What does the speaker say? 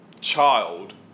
child